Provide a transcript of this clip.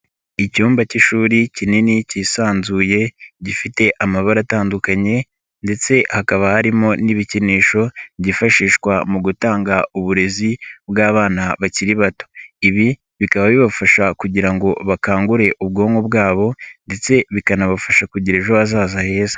Icyumba cy'ishuri kinini cyisanzuye gifite amabara atandukanye ndetse hakaba harimo n'ibikinisho byifashishwa mu gutanga uburezi bw'abana bakiri bato, ibi bikaba bibafasha kugira ngo bakangure ubwonko bwabo ndetse bikanabafasha kugira ejo hazaza heza.